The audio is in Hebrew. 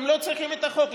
הם לא צריכים את החוק,